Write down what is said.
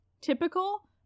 typical